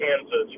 Kansas